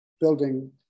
building